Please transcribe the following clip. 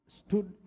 stood